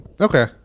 Okay